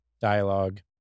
dialogue